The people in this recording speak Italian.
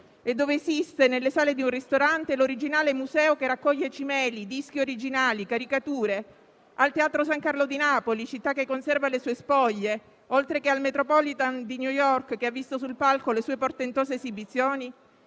e dove esiste, nelle sale di un ristorante, l'originale museo che raccoglie cimeli, dischi originali, caricature? Al teatro San Carlo di Napoli, città che conserva le sue spoglie, oltre che al Metropolitan di New York, che ha visto sul palco le sue portentoso esibizioni?